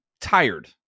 tired